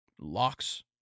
Locks